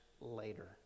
later